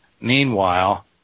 Meanwhile